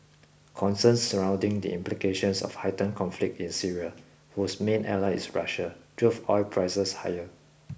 concerns surrounding the implications of heightened conflict in Syria whose main ally is Russia drove oil prices higher